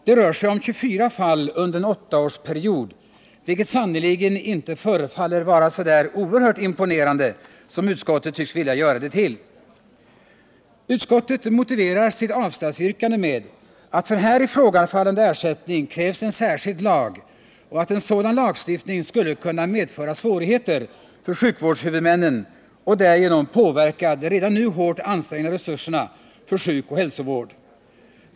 Det rör sig om 24 fall under en åttaårsperiod, vilket sannerligen inte förefaller vara så där oerhört imponerande som utskottet tycks vilja göra det till. Utskottet motiverar sitt avslagsyrkande med att för här ifrågavarande ersättning krävs en särskild lag och att en sådan lagstiftning skulle kunna medföra svårigheter för sjukvårdshuvudmännen och därigenom påverka de redan nu hårt ansträngda resurserna för sjukoch hälsovård.